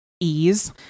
ease